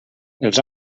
els